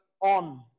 on